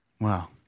Wow